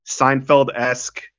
Seinfeld-esque